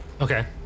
Okay